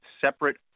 separate